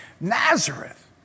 Nazareth